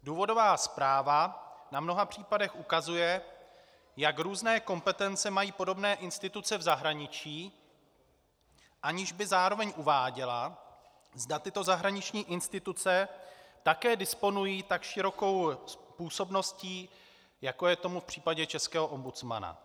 Důvodová zpráva na mnoha případech ukazuje, jak různé kompetence mají podobné instituce v zahraničí, aniž by zároveň uváděla, zda tyto zahraniční instituce také disponují tak širokou působností, jako je tomu v případě českého ombudsmana.